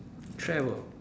travel